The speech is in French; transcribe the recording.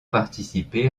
participé